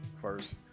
first